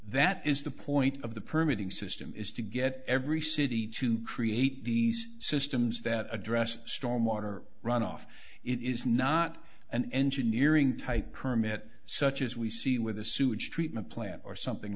that is the point of the permeating system is to get every city to create these systems that address storm water runoff it is not an engineering type permit such as we see with a sewage treatment plant or something